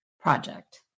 project